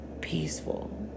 peaceful